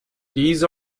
these